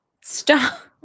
stop